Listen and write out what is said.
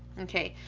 okay,